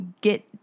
get